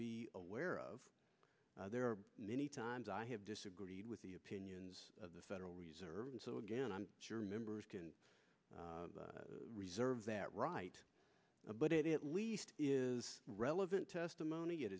be aware of there are many times i have disagreed with the opinions of the federal reserve and so again i'm sure members can reserve that right but it is at least is relevant testimony it